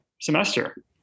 semester